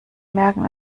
merken